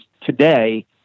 today